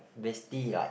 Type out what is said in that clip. basically like